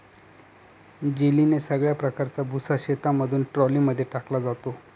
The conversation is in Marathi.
जेलीने सगळ्या प्रकारचा भुसा शेतामधून ट्रॉली मध्ये टाकला जातो